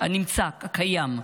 הנמצא, הקיים.